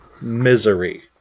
misery